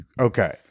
Okay